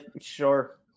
sure